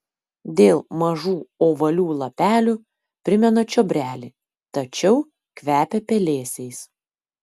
dėl mažų ovalių lapelių primena čiobrelį tačiau kvepia pelėsiais